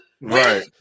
right